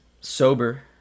sober